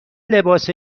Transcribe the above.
لباس